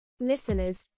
Listeners